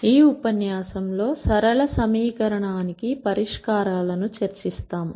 ఈ ఉపన్యాసంలో సరళ సమీకరణానికి పరిష్కారాలను చర్చిస్తాము